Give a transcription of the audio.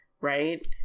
right